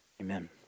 Amen